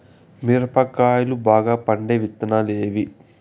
మిరప కాయలు బాగా పండే విత్తనాలు ఏవి